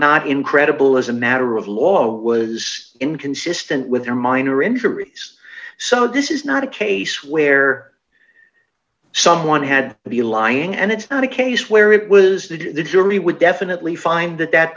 not incredible as a matter of law it was inconsistent with her minor injuries so this is not a case where someone had to be lying and it's not a case where it was that the jury would definitely find that that